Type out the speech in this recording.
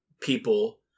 people